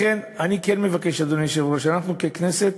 לכן אני כן מבקש, אדוני היושב-ראש, אנחנו ככנסת,